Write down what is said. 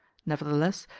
nevertheless,